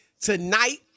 tonight